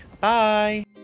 Bye